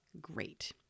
great